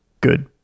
good